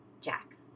Jack